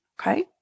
Okay